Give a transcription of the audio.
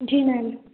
जी ma'am